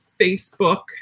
Facebook